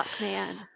man